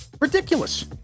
Ridiculous